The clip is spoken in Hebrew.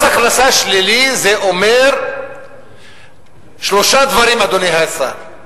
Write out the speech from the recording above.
מס הכנסה שלילי, זה אומר שלושה דברים, אדוני השר.